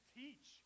teach